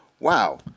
wow